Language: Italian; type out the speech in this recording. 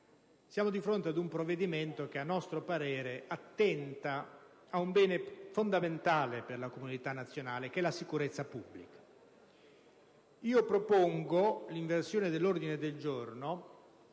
siamo di fronte ad un provvedimento che a nostro parere attenta ad un bene fondamentale per la comunità nazionale: la sicurezza pubblica. Propongo l'inversione dell'ordine del giorno